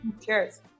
Cheers